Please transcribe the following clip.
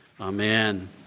Amen